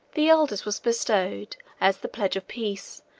the eldest was bestowed, as the pledge of peace,